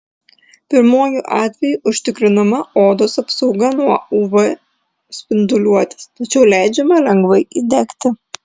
pirmuoju atveju užtikrinama odos apsauga nuo uv spinduliuotės tačiau leidžiama lengvai įdegti